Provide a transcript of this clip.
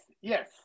yes